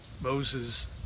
Moses